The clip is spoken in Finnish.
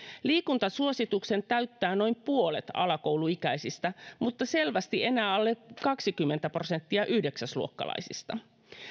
liikuntasuosituksen täyttää noin puolet alakouluikäisistä mutta selvästi enää alle kaksikymmentä prosenttia yhdeksäsluokkalaisista